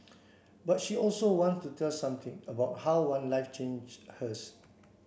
but she also wants to tell something about how one life change hers